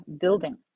building